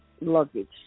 luggage